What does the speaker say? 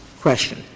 question